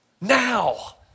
Now